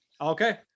Okay